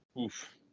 Oof